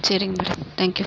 சரிங்க madam thank you